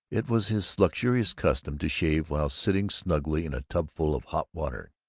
it was his luxurious custom to shave while sitting snugly in a tubful of hot water.